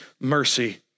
mercy